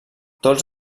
tots